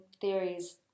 theories